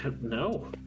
No